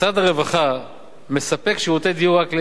משרד הרווחה מספק שירותי דיור רק לאלה,